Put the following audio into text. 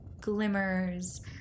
glimmers